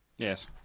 Yes